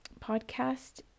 podcast